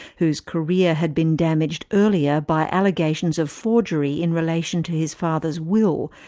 whose career had been damaged earlier by allegations of forgery in relation to his father's will,